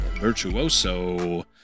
Virtuoso